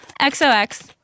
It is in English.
XOX